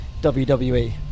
WWE